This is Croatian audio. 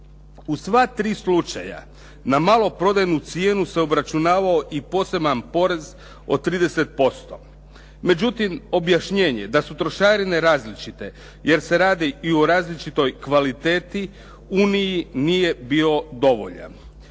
U sva tri slučaja na maloprodajnu cijenu se obračunavao i poseban porez od 30%. Međutim, objašnjenje da su trošarine različite jer se radi i o različitoj kvaliteti, Uniji nije bio dovoljan.